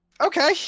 okay